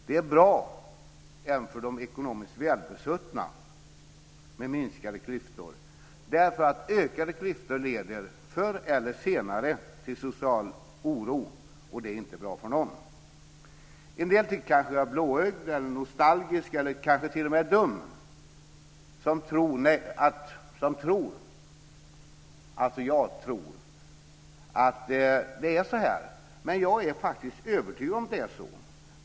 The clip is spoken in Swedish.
Det är bra även för de ekonomiskt välbesuttna med minskade klyftor, därför att ökade klyftor leder, förr eller senare, till social oro, och det är inte bra för någon. En del tycker kanske att jag är blåögd, nostalgisk eller t.o.m. dum som tror att det är så här. Men jag är faktiskt övertygad om att det är så.